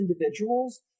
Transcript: individuals